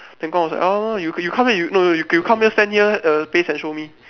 then Guang-Lu orh you you come here no no no you come here stand here err paste and show me